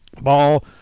Ball